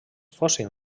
fossin